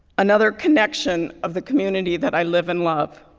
another connection of the community that i live and love,